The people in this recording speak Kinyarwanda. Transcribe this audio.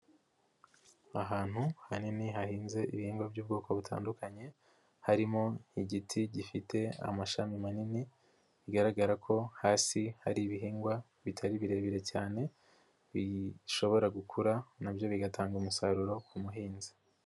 Ahantu hanini hahinze ibihingwa by'ubwoko butandukanye, harimo igiti gifite amashami manini bigaragara ko hasi hari ibihingwa bitari birebire cyane, bishobora gukura na byo bigatanga umusaruro ku muhinzi.